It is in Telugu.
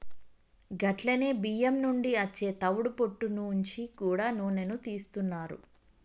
గట్లనే బియ్యం నుండి అచ్చే తవుడు పొట్టు నుంచి గూడా నూనెను తీస్తున్నారు